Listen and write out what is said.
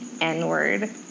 N-word